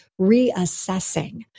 reassessing